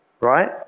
right